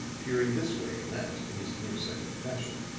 peering this way and that in his near-sighted fashion,